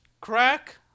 crack